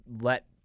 let